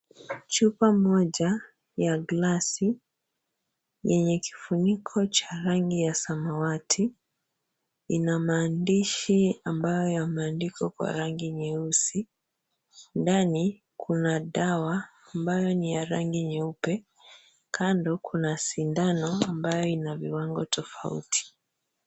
Chupa moja ya glasi yenye kifuniko cha rangi ya samawati, ina maandishi ambayo yameandikwa kwa rangi nyeusi. Ndani kuna dawa ambayo ni ya rangi nyeupe. Kando kuna sindano ambayo ina viwango tofauti .